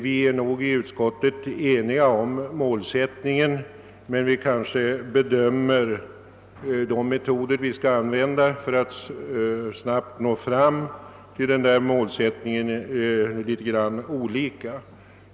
Vi är nog inom utskottet eniga om målen men bedömer kanske metoderna för att uppnå dem något olika.